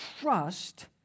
trust